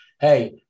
hey